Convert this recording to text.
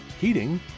heating